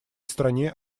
стране